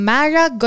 Mara